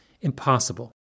impossible